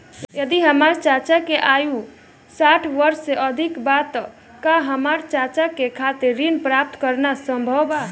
यदि हमार चाचा के आयु साठ वर्ष से अधिक बा त का हमार चाचा के खातिर ऋण प्राप्त करना संभव बा?